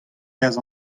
kas